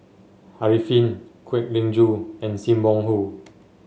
Arifin Kwek Leng Joo and Sim Wong Hoo